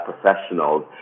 professionals